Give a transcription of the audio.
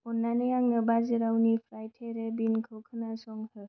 अन्नानै आंंनो भाजिरावनिफ्राय तेरे बिनखौ खोनासं हो